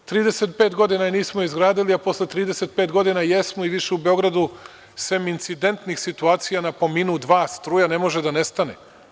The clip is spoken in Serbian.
Trideset i pet godina je nismo izgradili, a posle 35 godina jesmo i više u Beogradu, sem incidentnih situacija, na po minut-dva, struja ne može da nestane.